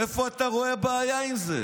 איפה אתה רואה בעיה עם זה?